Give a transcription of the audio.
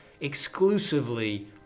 exclusively